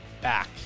back